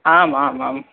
आम् आम् आम्